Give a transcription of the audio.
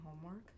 homework